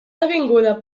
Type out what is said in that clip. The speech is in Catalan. avinguda